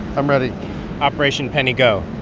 i'm ready operation penny, go.